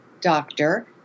doctor